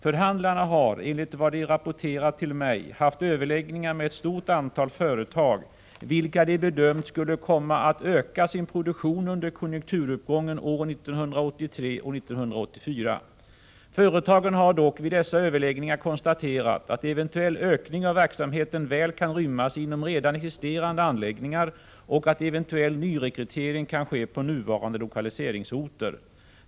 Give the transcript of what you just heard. Förhandlarna har — enligt vad de rapporterat till mig — haft överläggningar med ett stort antal företag, vilka de bedömt skulle komma att öka sin produktion under konjunkturuppgången åren 1983 och 1984. Företagen har dock vid dessa överläggningar konstaterat att eventuell ökning av verksamheten väl kan rymmas inom redan existerande anläggningar och att eventuell nyrekrytering kan ske på nuvarande lokaliseringsorter.